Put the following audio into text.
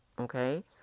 okay